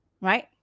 Right